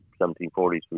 1740s